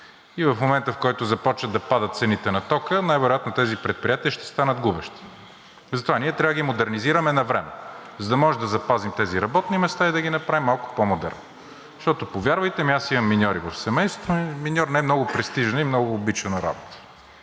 и в момента, в който започнат да падат цените на тока, най-вероятно тези предприятия ще станат губещи. Затова ние трябва да ги модернизираме навреме, за да можем да направим тези работни места и да ги направим малко по-модерни. Защото, повярвайте ми, аз имам миньори в семейството ми – миньор не е много престижна и много обичана работа,